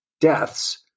deaths